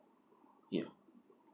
yup